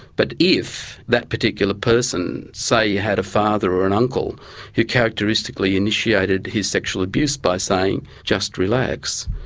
but if that particular person, say you had a father or an uncle who characteristically initiated his sexual abuse by saying' just relax',